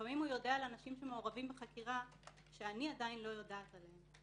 לפעמים הוא יודע על אנשים שמעורבים בחקירה שאני עדיין לא יודעת עליהם.